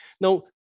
Now